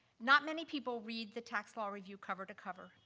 not many people read the tax law review cover to cover,